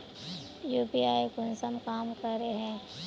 UPI कुंसम काम करे है?